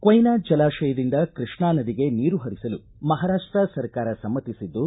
ಕೊಯ್ನಾ ಜಲಾಶಯದಿಂದ ಕೃಷ್ಣಾ ನದಿಗೆ ನೀರು ಪರಿಸಲು ಮಹಾರಾಷ್ಟ ಸರ್ಕಾರ ಸಮ್ಮತಿಸಿದ್ದು